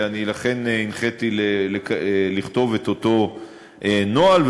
ולכן הנחיתי לכתוב את אותו הנוהל,